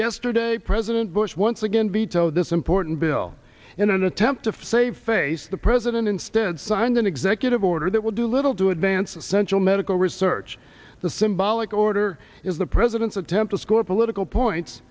yesterday president bush once again veto this important bill in an attempt to save face the president instead signed an executive order that will do little to advance essential medical research the symbolic order is the president's attempt to score political points